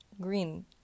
green